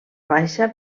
baixa